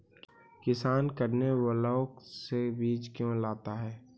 किसान करने ब्लाक से बीज क्यों लाता है?